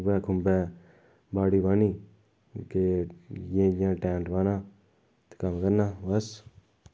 उय्यै खुम्बै बाड़ी बानी के इय्यां इय्यां टैम टपाना ते कम्म करना बस